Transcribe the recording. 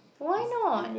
why not